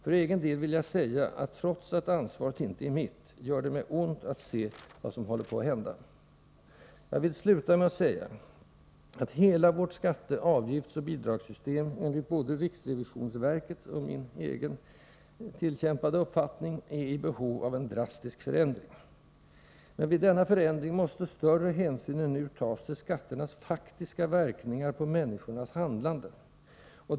För egen del vill jag säga att trots att ansvaret inte är mitt, gör det mig ont att se vad som håller på att hända. Jag vill sluta med att framhålla att hela vårt skatte-, avgiftsoch bidragssystem enligt såväl riksrevisionsverkets som min egen tillkämpade uppfattning är i behov av en drastisk förändring. Men när det gäller en sådan förändring måste större hänsyn än nu tas till skatternas faktiska verkningar på människornas handlande.